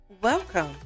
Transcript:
Welcome